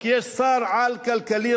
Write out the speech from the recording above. כי יש שר-על כלכלי,